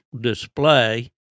display